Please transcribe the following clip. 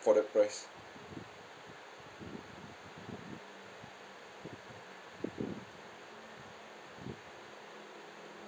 for the price